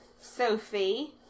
Sophie